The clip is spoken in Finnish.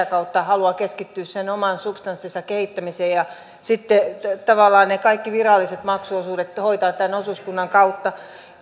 kautta haluaa keskittyä sen oman substanssinsa kehittämiseen ja sitten tavallaan ne kaikki viralliset maksuosuudet hoitaa tämän osuuskunnan kautta